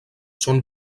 són